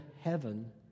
heaven